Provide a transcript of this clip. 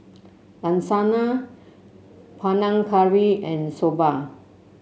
Lasagne Panang Curry and Soba